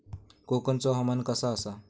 कोकनचो हवामान कसा आसा?